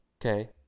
Okay